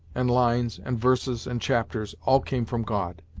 and lines, and verses, and chapters, all came from god.